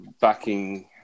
backing